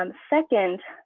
um second,